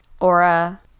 aura